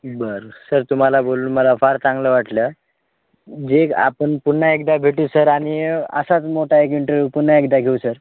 बरं सर तुम्हाला बोलून मला फार चांगलं वाटलं जे आपण पुन्हा एकदा भेटू सर आणि असाच मोठा एक इंटरव्यू पुन्हा एकदा घेऊ सर